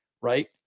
right